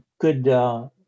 good